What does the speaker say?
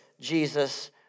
Jesus